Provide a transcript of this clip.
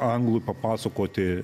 anglų papasakoti